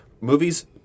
movies